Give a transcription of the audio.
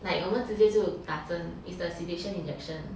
like 我们直接就打针 is the sedation injection